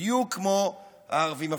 בדיוק כמו הערבים הפלסטינים.